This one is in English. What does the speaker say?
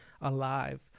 alive